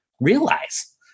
realize